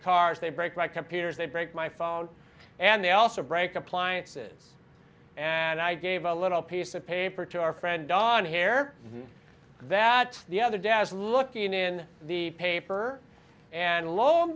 cars they break my computers they break my phone and they also break appliances and i gave a little piece of paper to our friend on here that the other day as looking in the paper and lo and